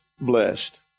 blessed